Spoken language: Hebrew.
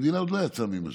המדינה עוד לא יצאה מהמשבר.